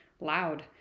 loud